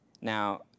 Now